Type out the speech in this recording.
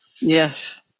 Yes